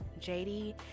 JD